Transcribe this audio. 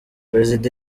perezida